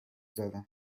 دارم